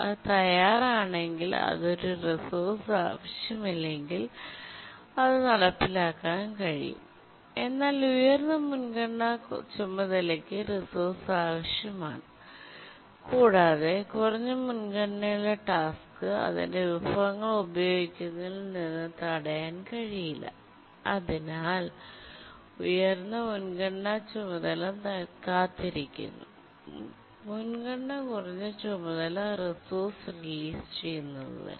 അത് തയ്യാറാണെങ്കിൽ അത് ഒരു റിസോഴ്സ് ആവശ്യമില്ലെങ്കിൽ അത് നടപ്പിലാക്കാൻ കഴിയും എന്നാൽ ഉയർന്ന മുൻഗണനാ ചുമതലയ്ക്ക് റിസോഴ്സ് ആവശ്യമാണ് കൂടാതെ കുറഞ്ഞ മുൻഗണനയുള്ള ടാസ്ക് അതിന്റെ വിഭവങ്ങൾ ഉപയോഗിക്കുന്നതിൽ നിന്ന് തടയാൻ കഴിയില്ല അതിനാൽ ഉയർന്ന മുൻഗണനാ ചുമതല കാത്തിരിക്കുന്നു മുൻഗണന കുറഞ്ഞ ചുമതല റിസോഴ്സ് റിലീസ് ചെയ്യുന്നതുവരെ